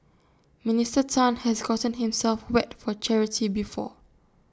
Minister Tan has gotten himself wet for charity before